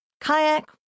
kayak